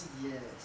yes